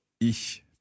ich